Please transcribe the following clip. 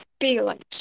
feelings